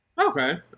Okay